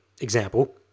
example